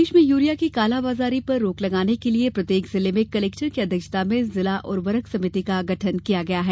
प्रदेश में यूरिया के काला बाजारी पर रोक लगाने के लिये प्रत्येक जिले में कलेक्टर की अध्यक्षता में जिला उर्वरक समिति का गठन किया गया है